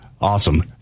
Awesome